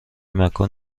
مکان